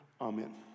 Amen